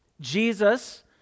Jesus